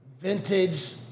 vintage